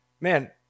Man